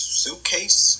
suitcase